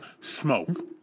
smoke